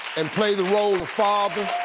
and play the role of father.